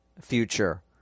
future